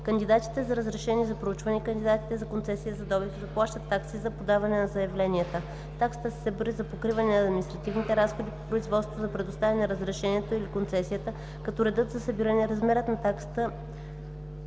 Кандидатите за разрешение за проучване и кандидатите за концесия за добив заплащат такси при подаване на заявленията. Таксата се събира за покриване на административните разходи по производството за предоставяне на разрешението или концесията, като редът за събиране и размерът на таксата